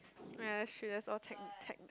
ya that's true that's all tech tech